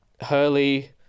Hurley